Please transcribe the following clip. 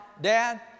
dad